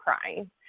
crying